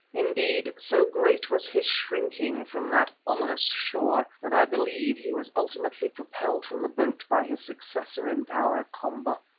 indeed, so great was his shrinking from that ominous shore, that i believe he was ultimately propelled from the boat by his successor in power, komba.